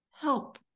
Help